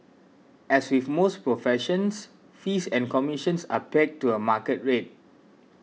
as with most professions fees and commissions are pegged to a market rate